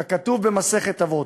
ככתוב במסכת אבות: